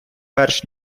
перш